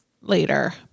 later